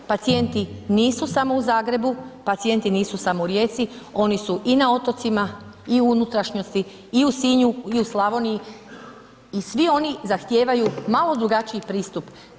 Pacijenti nisu samo u Zagrebu, pacijenti nisu samo u Rijeci, oni su i na otocima i u unutrašnjosti i u Sinju i u Slavoniji i svi oni zahtijevaju malo drugačiji pristup.